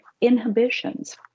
inhibitions